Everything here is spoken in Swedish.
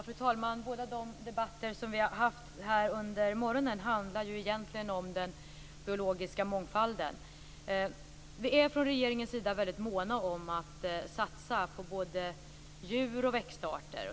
Fru talman! Båda de debatter som vi har haft här under morgonen handlar egentligen om den biologiska mångfalden. Regeringen är väldigt mån om att satsa på både djur och växtarter.